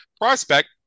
prospect